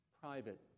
private